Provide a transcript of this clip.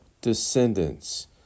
descendants